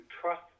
trust